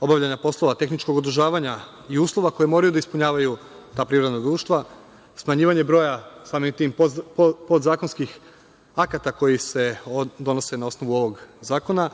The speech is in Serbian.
obavljanja poslova, tehničkog održavanja i uslova koje moraju da ispunjavaju ta privredna društva, smanjivanje broja, samim tim, podzakonskih akata koji se donose na osnovu ovog zakona